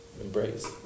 embrace